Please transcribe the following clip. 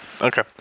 Okay